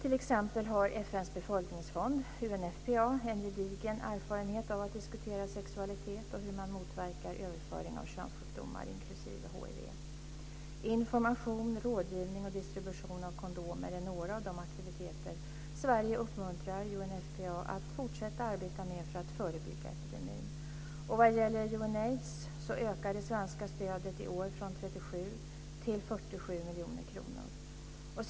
T.ex. har FN:s befolkningsfond - UNFPA - en gedigen erfarenhet av att diskutera sexualitet och hur man motverkar överföring av könssjukdomar, inklusive hiv. Information, rådgivning och distribution av kondomer är några av de aktiviteter Sverige uppmuntrar UNFPA att fortsätta arbeta med för att förebygga epidemin. Vad gäller UNAIDS ökar det svenska stödet i år från 37 till 47 miljoner kronor.